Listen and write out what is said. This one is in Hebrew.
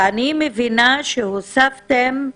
ואני מבינה שהוספתם,